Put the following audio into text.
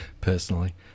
personally